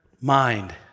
mind